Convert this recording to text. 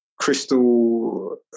crystal